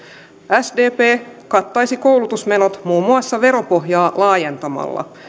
sdp kattaisi koulutusmenot muun muassa veropohjaa laajentamalla